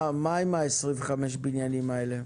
מה עם 25 בניינים האלה?